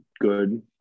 good